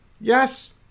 yes